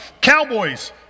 Cowboys